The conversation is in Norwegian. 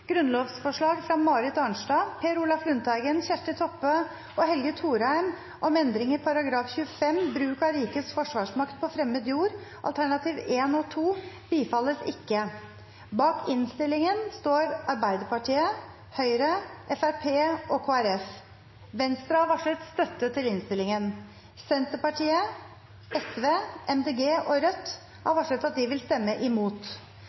Grunnlovsforslag fra Marit Arnstad, Per Olaf Lundteigen, Kjersti Toppe og Helge Thorheim om endring i § 25 – alternativ 2 – bifalles.» Miljøpartiet De Grønne og Rødt har varslet støtte til forslaget. Komiteen hadde innstilt til Stortinget å gjøre følgende Bak komiteens innstilling står Arbeiderpartiet, Høyre, Fremskrittspartiet og Kristelig Folkeparti. Venstre har varslet støtte til innstillingen. Senterpartiet,